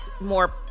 more